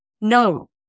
No